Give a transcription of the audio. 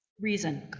reason